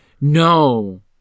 No